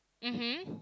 mmhmm